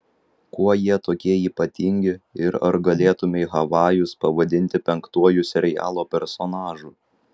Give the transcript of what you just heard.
kuo jie tokie ypatingi ir ar galėtumei havajus pavadinti penktuoju serialo personažu